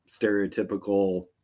stereotypical